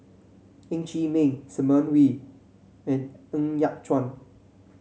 Ng Chee Meng Simon Wee and Ng Yat Chuan